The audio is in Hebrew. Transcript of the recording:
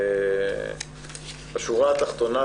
בשורה התחתונה.